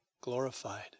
glorified